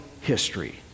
history